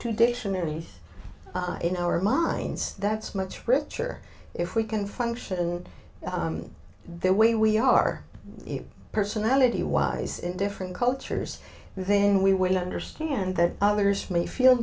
to dictionaries in our minds that's much richer if we can function their way we are personality wise in different cultures then we will understand that others may feel